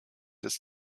des